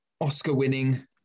Oscar-winning